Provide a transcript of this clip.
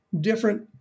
Different